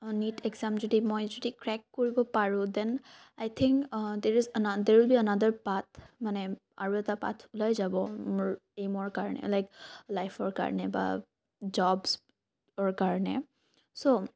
NEET exam যদি মই যদি ক্ৰেক কৰিব পাৰোঁ then I think there is another there will be another path মানে আৰু এটা পাথ ওলাই যাব মোৰ এইমৰ কাৰণে লাইক লাইফৰ কাৰণে বা জবচ্ৰ কাৰণে চ'